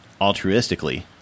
altruistically